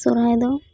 ᱥᱚᱦᱚᱨᱟᱭ ᱫᱚ